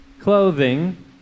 clothing